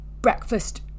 breakfast